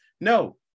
no